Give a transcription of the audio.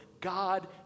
God